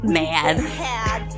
mad